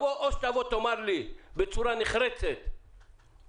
או שתבוא ותאמר לי בצורה נחרצת שבדקנו,